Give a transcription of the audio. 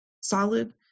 solid